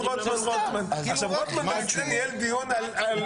מתוך כבוד לייעוץ המשפטי של הוועדה שלי אני מושך את טענת הנושא חדש.